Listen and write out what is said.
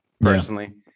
personally